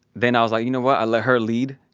then, i was like, you know what, i'll let her lead.